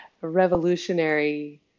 revolutionary